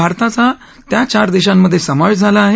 भारताचा त्या चार देशांमध्ये समावेश झाला आहे